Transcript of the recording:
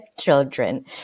children